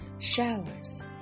showers